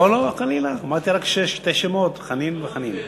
לא לא, חלילה, אמרתי רק ששני שמות, חנין וחנין.